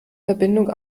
verbindung